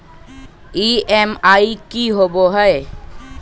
EMI की होवे है?